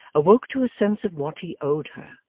awoke to a sense of what he owed her,